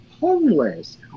homeless